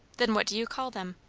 then what do you call them?